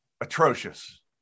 Atrocious